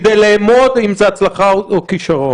כדי לאמוד אם זאת הצלחה או כישלון